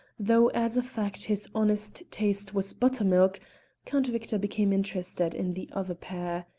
though as a fact his honest taste was buttermilk count victor became interested in the other pair.